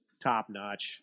top-notch